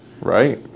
Right